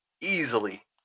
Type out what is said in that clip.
easily